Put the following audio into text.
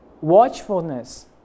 watchfulness